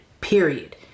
period